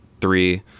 three